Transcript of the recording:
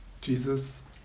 Jesus